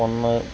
Ponneru